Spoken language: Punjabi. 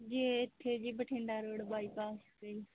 ਜੀ ਇੱਥੇ ਜੀ ਬਠਿੰਡਾ ਰੋਡ ਬਾਈਪਾਸ 'ਤੇ